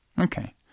Okay